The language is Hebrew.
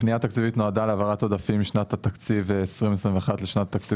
הפנייה התקציבית נועדה להעברת עודפים משנת התקציב 2021 לשנת התקציב